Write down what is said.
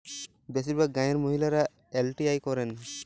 বেশিরভাগ গাঁয়ের মহিলারা এল.টি.আই করেন